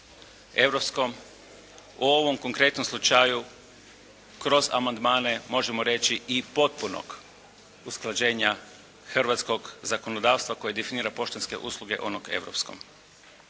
europskom u ovom konkretnom slučaju kroz amandmane možemo reći i potpunog usklađenja hrvatskog zakonodavstvo koje definira poštanske usluge onog europskom.